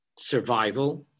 survival